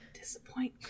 disappoint